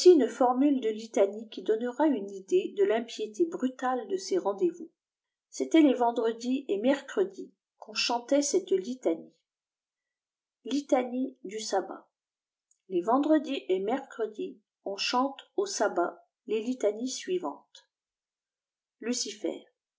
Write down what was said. formule de litanie qui donnera une idée de l'impiété brutale de ces rendez-vous c'était les vendredis et mercredis qu'on chantait cette litanie luaniesdu sabbat les vendredis et mercredis on chante au sabat les litanies suivantes lucifer